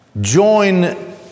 join